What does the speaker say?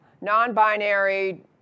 non-binary